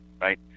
right